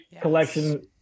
collection